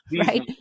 Right